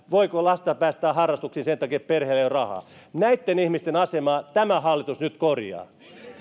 voiko lasta päästää harrastuksiin sen takia että perheellä ei ole rahaa näitten ihmisten asemaa tämä hallitus nyt korjaa